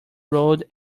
road